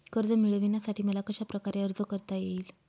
कर्ज मिळविण्यासाठी मला कशाप्रकारे अर्ज करता येईल?